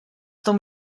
tom